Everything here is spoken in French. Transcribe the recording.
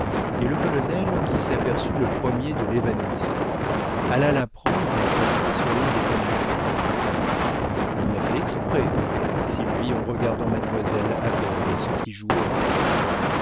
et le colonel qui s'aperçut le premier de l'évanouissement alla la prendre et la porta sur l'un des canapés elle l'a fait exprès dit sylvie en regardant mademoiselle habert et ceux qui jouaient avec elle